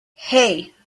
hey